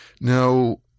Now